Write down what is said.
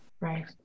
right